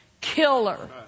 killer